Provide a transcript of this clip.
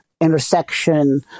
intersection